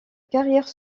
carrière